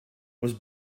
was